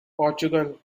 portugal